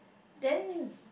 then